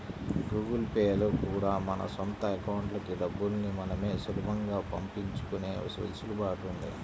Google Pay లో కూడా మన సొంత అకౌంట్లకి డబ్బుల్ని మనమే సులభంగా పంపించుకునే వెసులుబాటు ఉంది